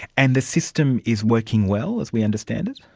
and the system is working well, as we understand it?